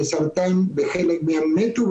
לסרטן וחלק מהם מתו,